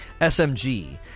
SMG